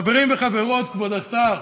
חברים וחברות, כבוד השר,